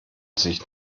sich